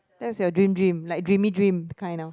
that's your dream dream like dreamy dream kind of